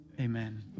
Amen